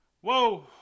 whoa